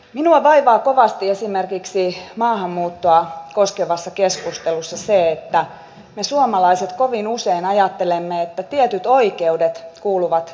minua vaivaa kovasti esimerkiksi maahanmuuttoa koskevassa keskustelussa se että me suomalaiset kovin usein ajattelemme että tietyt oikeudet kuuluvat vain meille